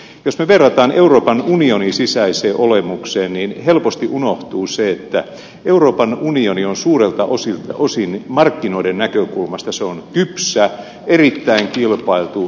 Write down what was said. jos me vertaamme euroopan unionin sisäiseen olemukseen helposti unohtuu se että euroopan unioni on suurelta osin markkinoiden näkökulmasta kypsä erittäin kilpailtu markkina